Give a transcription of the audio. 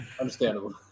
Understandable